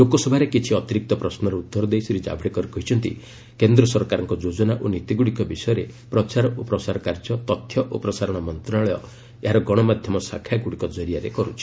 ଲୋକସଭାରେ କିଛି ଅତିରିକ୍ତ ପ୍ରଶ୍ନର ଉତ୍ତର ଦେଇ ଶ୍ରୀ ଜାଭଡେକର କହିଛନ୍ତି କେନ୍ଦ୍ର ସରକାରଙ୍କର ଯୋଜନା ଓ ନୀତିଗୁଡ଼ିକ ବିଷୟରେ ପ୍ରଚାର ଓ ପ୍ରସାର କାର୍ଯ୍ୟ ତଥ୍ୟ ଓ ପ୍ରସାରଣ ମନ୍ତ୍ରଣାଳୟ ଏହାର ଗଣମାଧ୍ୟମ ଶାଖାଗୁଡ଼ିକ କରିଆରେ କରୁଛି